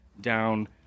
down